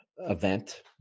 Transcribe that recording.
Event